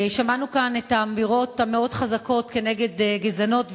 שמענו כאן את האמירות המאוד חזקות נגד גזענות,